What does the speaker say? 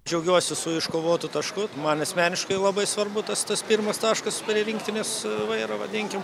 džiaugiuosi su iškovotu tašku man asmeniškai labai svarbu tas tas pirmas taškas prie rinktinės vairo vadinkim